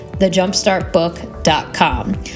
TheJumpstartBook.com